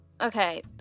Okay